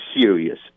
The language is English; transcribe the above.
serious